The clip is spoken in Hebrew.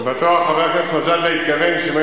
בטוח חבר הכנסת מג'אדלה התכוון שאם,